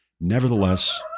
nevertheless